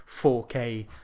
4K